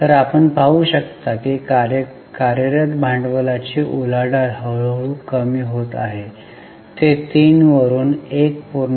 तर आपण पाहू शकता की कार्यरत भांडवलाची उलाढाल हळूहळू कमी होत आहे ते 3 वरून 1